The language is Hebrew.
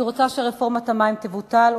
אני רוצה שרפורמת המים תבוטל,